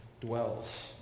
dwells